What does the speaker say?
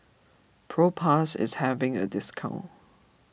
Propass is having a discount